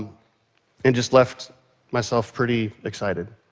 and just left myself pretty excited.